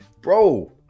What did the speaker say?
bro